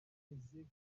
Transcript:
yigeze